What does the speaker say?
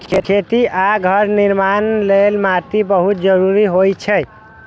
खेती आ घर निर्माण लेल माटि बहुत जरूरी होइ छै